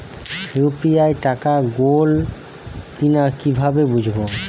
UPI টাকা গোল কিনা কিভাবে বুঝব?